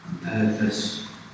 purpose